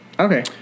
Okay